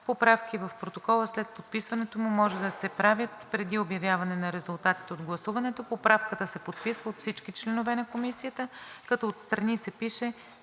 Поправки в протокола след подписването му може да се правят преди обявяване на резултатите от гласуването. Поправката се подписва от всички членове на комисията, като отстрани се пише